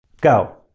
go!